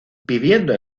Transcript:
viviendo